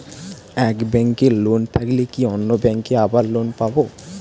এক ব্যাঙ্কে লোন থাকলে কি অন্য ব্যাঙ্কে আবার লোন পাব?